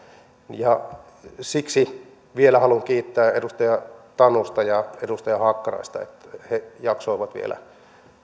ja siksi vielä haluan kiittää edustaja tanusta ja edustaja hakkaraista että he jaksoivat vielä